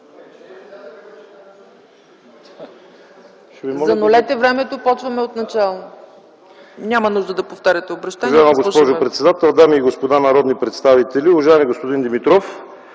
Занулете времето, започваме отначало. Няма нужда да повтаряте обръщението